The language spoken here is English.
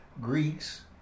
Greeks